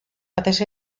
batez